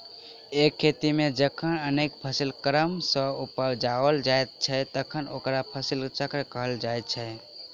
एक खेत मे जखन अनेक फसिल क्रम सॅ उपजाओल जाइत छै तखन ओकरा फसिल चक्र कहल जाइत छै